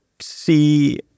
see